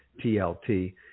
TLT